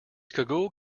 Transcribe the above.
cagoule